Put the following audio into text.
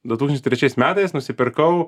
du tūkstančiai trečiais metais nusipirkau